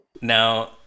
Now